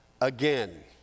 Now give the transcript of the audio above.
again